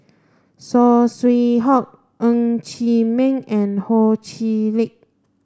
Saw Swee Hock Ng Chee Meng and Ho Chee Lick